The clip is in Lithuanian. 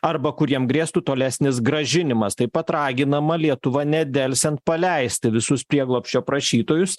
arba kuriem grėstų tolesnis grąžinimas taip pat raginama lietuva nedelsiant paleisti visus prieglobsčio prašytojus